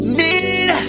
need